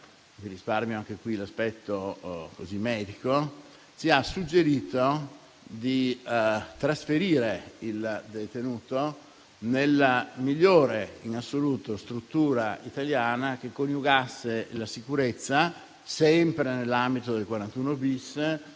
vi risparmio anche in questo caso l'aspetto medico - ci ha suggerito di trasferire il detenuto nella migliore in assoluto struttura italiana che coniugasse la sicurezza, sempre nell'ambito del 41*-bis*,